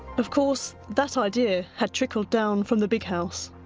of course, that idea had trickled down from the big house,